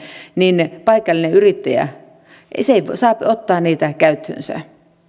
niin yhtäkkiä käypi niin että paikallinen yrittäjä ei saa ottaa sitä käyttöönsä elikä